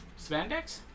spandex